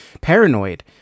paranoid